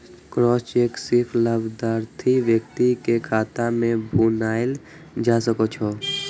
crossed cheque सिर्फ लाभार्थी व्यक्ति के खाता मे भुनाएल जा सकै छै